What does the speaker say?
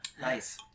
Nice